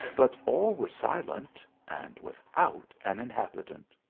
but all were silent and without an inhabitant.